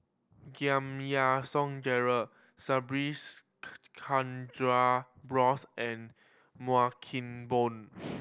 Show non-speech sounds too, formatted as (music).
Giam Yean Song Gerald Subhas (unintelligible) Chandra Bose and (unintelligible) Keng Boon (noise)